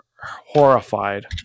horrified